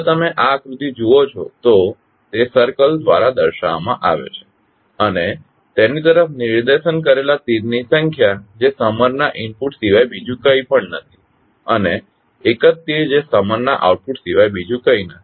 જો તમે આ આકૃતિ જુઓ છો તો તે સર્કલ દ્વારા દર્શાવવામાં આવે છે અને તેની તરફ નિર્દેશન કરેલા તીરની સંખ્યા જે સમર ના ઇનપુટ સિવાય બીજું કંઇ પણ નથી અને એક જ તીર જે સમર ના આઉટપુટ સિવાય બીજું કંઈ નથી